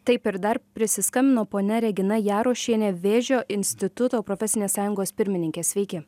taip ir dar prisiskambino ponia regina jarošienė vėžio instituto profesinės sąjungos pirmininkė sveiki